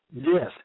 Yes